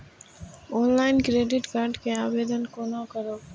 Online credit card के आवेदन कोना करब?